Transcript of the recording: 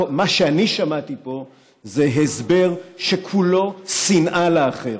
מה שאני שמעתי פה זה הסבר שכולו שנאה לאחר.